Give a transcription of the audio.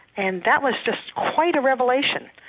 and that was just quite a revelation.